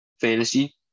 fantasy